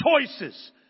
choices